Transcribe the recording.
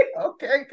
Okay